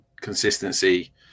consistency